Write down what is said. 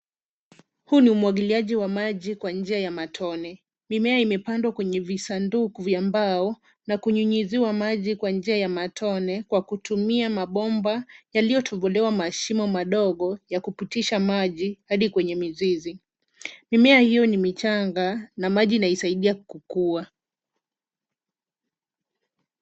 Huu ni umwagiliaji wa maji kwa njia ya matone. Mimea imepandwa kwenye visanduku vya mbao na kunyunyiziwa maji kwa njia ya matone, kwa kutumia mabomba yaliyotobolewa mashimo madogo ya kupitisha maji, hadi kwenye mizizi. Mimea hiyo ni michanga, na maji inaisaidia kukua.